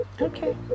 okay